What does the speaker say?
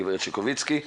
גשם מביא ברכה.